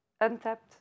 untapped